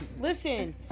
Listen